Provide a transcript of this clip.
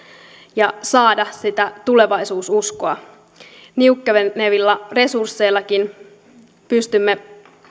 ja saada sitä tulevaisuususkoa niukkenevilla resursseillakin pystymme